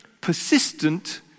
Persistent